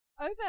Over